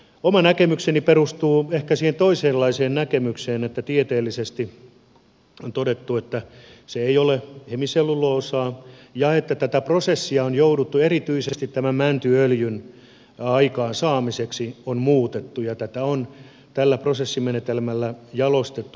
oma näkemykseni perustuu ehkä siihen toisenlaiseen näkemykseen että tieteellisesti on todettu että se ei ole hemiselluloosaa ja että tätä prosessia erityisesti tämän mäntyöljyn aikaansaamiseksi on muutettu ja tätä on tällä prosessimenetelmällä jalostettu